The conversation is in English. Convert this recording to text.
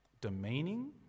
Demeaning